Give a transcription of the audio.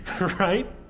right